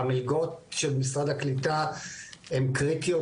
המלגות של משרד הקליטה הן קריטיות,